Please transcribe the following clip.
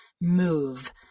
move